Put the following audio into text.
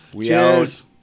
Cheers